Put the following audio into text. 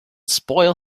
spoil